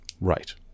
right